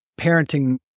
parenting